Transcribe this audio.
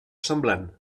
semblant